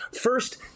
First